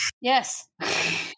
yes